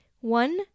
One